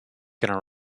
gonna